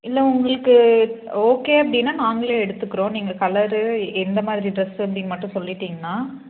இல்லை உங்களுக்கு ஓகே அப்படின்னா நாங்களே எடுத்துக்கிறோம் நீங்கள் கலரு எந்த மாதிரி ட்ரெஸ்ஸு அப்படின் மட்டும் சொல்லிவிட்டிங்னா